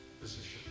position